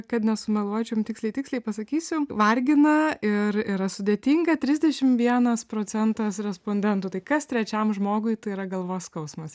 kad nesumeluočiau jum tiksliai tiksliai pasakysiu vargina ir yra sudėtinga trisdešim vienas procentas respondentų tai kas trečiam žmogui tai yra galvos skausmas